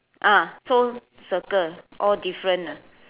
ah so circle all different ah